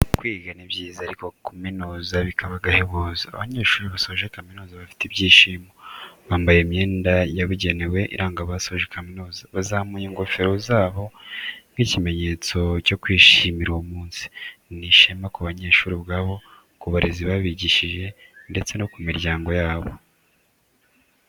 Kwiga ni byiza ariko kuminuza bikaba agahebuzo, abanyeshuri basoje kamizuza bafite ibyishimo, bambaye imyenda yabugenewe iranga abasoje kaminuza, bazamuye ingofero zabo nk'ikimenyetso cyo kwishimira uwo munsi, ni ishema ku banyeshuri ubwabo, ku barezi babigishije ndetse no ku miryango yabo.